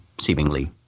seemingly